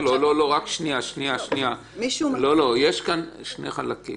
יש כאן שני חלקים